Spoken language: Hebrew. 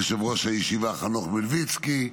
יושב-ראש הישיבה חנוך מלביצקי,